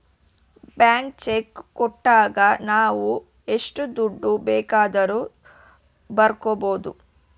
blank cheque ಕೊಟ್ಟಾಗ ನಾವು ಎಷ್ಟು ದುಡ್ಡು ಬೇಕಾದರೂ ಬರ್ಕೊ ಬೋದು